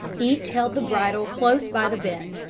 each held the bridle close by the bit,